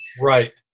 Right